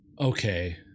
Okay